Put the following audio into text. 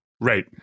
Right